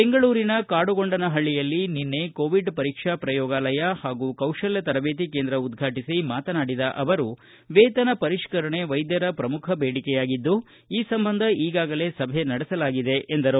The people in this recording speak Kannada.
ಬೆಂಗಳೂರಿನ ಕಾಡುಗೊಂಡನಹಳ್ಳಿಯಲ್ಲಿ ನಿನ್ನೆ ಕೋವಿಡ್ ಪರೀಕ್ಷಾ ಪ್ರಯೋಗಾಲಯ ಹಾಗೂ ಕೌಶಲ್ಯ ತರಬೇತಿ ಕೇಂದ್ರ ಉದ್ಘಾಟಿಸಿ ಮಾತನಾಡಿದ ಅವರು ವೇತನ ಪರಿಷ್ಠರಣೆ ವೈದ್ಯರ ಪ್ರಮುಖ ಬೇಡಿಕೆಯಾಗಿದ್ದು ಈ ಸಂಬಂಧ ಈಗಾಗಲೇ ಸಭೆ ನಡೆಸಲಾಗಿದೆ ಎಂದರು